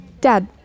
Dad